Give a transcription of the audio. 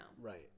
Right